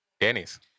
Dennis